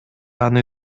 аны